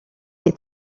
est